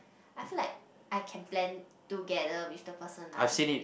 I feel like I can plan together with the person lah